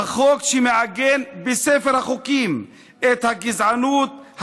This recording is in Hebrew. החוק שמעגן בספר החוקים את הגזענות,